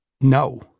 No